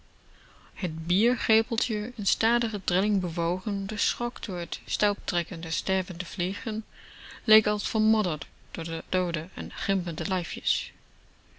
het bier greppeltje in stadige trilling bewogen doorschokt door het stuiptrekken der stervende vliegen leek als vermodderd door de doode en krimpende lijfjes